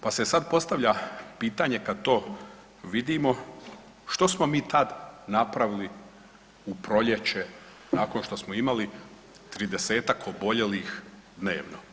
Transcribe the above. Pa se sad postavlja pitanja kad to vidimo, što smo mi tad napravili u proljeće nakon što smo imali 30-tak oboljelih dnevno?